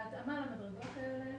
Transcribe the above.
בהתאמה למדרגות האלה,